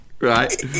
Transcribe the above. right